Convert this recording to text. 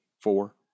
four